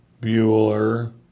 Bueller